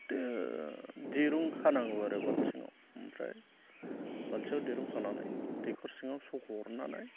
दिरुं खानांगौ आरो बाल्थिङाव ओमफ्राय बाल्थिङाव दिरुं खानानै दैखर सिङाव सोहरनानै